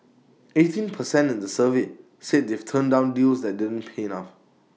eighteen per cent in the survey said they've turned down deals that didn't pay enough